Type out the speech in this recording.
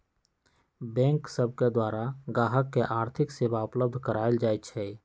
bank सब के द्वारा गाहक के आर्थिक सेवा उपलब्ध कराएल जाइ छइ